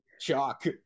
shock